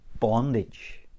bondage